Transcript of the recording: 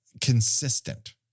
consistent